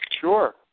Sure